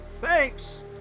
Thanks